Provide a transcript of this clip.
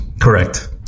correct